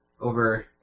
over